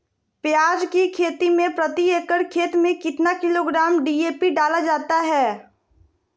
प्याज की खेती में प्रति एकड़ खेत में कितना किलोग्राम डी.ए.पी डाला जाता है?